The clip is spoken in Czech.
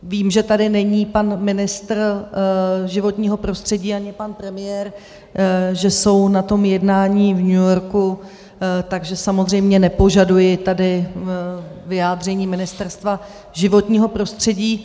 Vím, že tady není pan ministr životního prostředí ani pan premiér, že jsou na jednání v New Yorku, takže samozřejmě nepožaduji tady vyjádření Ministerstva životního prostředí.